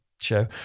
show